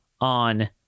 on